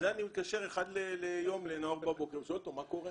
בשביל זה אני מתקשר אחת ליום לנועם בבוקר ושואל אותו מה קורה,